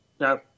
No